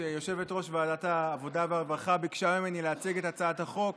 כשיושבת-ראש ועדת העבודה והרווחה ביקשה ממני להציג את הצעת החוק